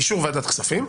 באישור ועדת הכספים,